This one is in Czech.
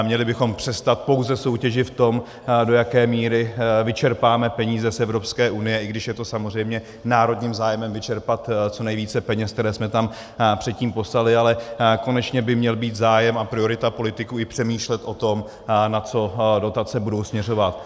Měli bychom přestat pouze soutěžit v tom, do jaké míry vyčerpáme peníze z Evropské unie, i když je to samozřejmě národním zájmem vyčerpat co nejvíce peněz, které jsme tam předtím poslali, ale konečně by měl být zájem a priorita politiků i přemýšlet o tom, na co dotace budou směřovat.